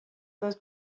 those